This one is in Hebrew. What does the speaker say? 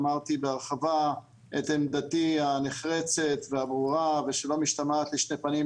אמרתי בהרחבה את עמדתי הנחרצת והברורה ושלא משתמעת לשתי פנים.